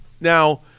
Now